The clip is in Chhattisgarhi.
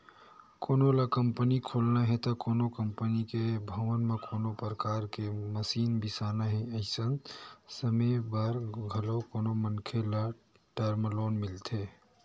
कोनो ल कंपनी खोलना हे ते कोनो कंपनी के भवन म कोनो परकार के मसीन बिसाना हे अइसन समे बर घलो कोनो मनखे ल टर्म लोन मिलथे